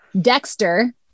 Dexter